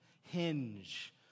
hinge